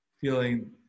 feeling